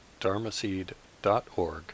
dharmaseed.org